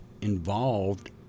involved